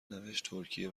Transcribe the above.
نوشتترکیه